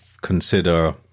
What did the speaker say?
consider